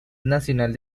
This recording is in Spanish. nacional